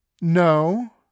No